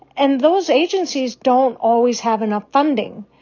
and those agencies don't always have enough funding.